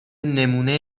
نمونه